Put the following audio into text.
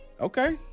Okay